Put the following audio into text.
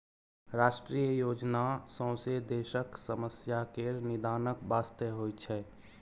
राष्ट्रीय योजना सौंसे देशक समस्या केर निदानक बास्ते होइ छै